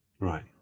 Right